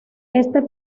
este